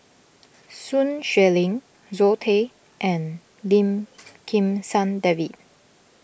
Sun Xueling Zoe Tay and Lim Kim San David